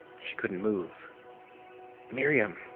she couldn't move miriam?